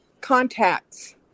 contacts